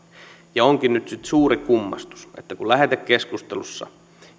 onkin nyt nyt suuri kummastus että kun lähetekeskustelussa